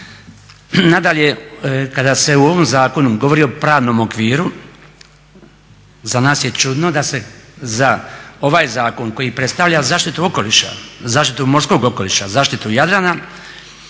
Nadalje, kada se u ovom zakonu govori o pravnom okviru za nas je čudno da se za ovaj zakon koji predstavlja zaštitu okoliša, zaštitu morskog okoliša, zaštitu Jadrana